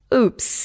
Oops